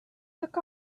took